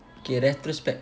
K retrospect